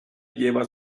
lleva